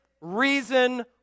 reason